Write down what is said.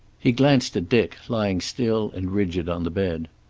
he glanced at dick, lying still and rigid on the bed.